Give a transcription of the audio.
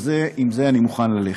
עם זה אני מוכן ללכת.